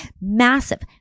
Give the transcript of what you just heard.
massive